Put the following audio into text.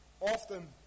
often